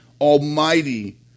almighty